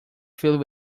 filled